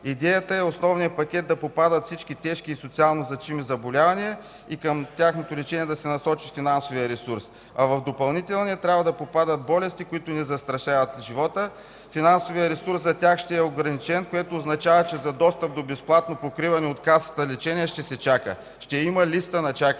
Идеята е: в основния пакет да попадат всички тежки и социално значими заболявания и към тяхното лечение да се насочи финансовият ресурс, а в допълнителния трябва да попаднат болести, които не застрашават живота. Финансовият ресурс за тях ще е ограничен, което означава, че за достъп до безплатно покриване от Касата лечение ще се чака. Ще има листа на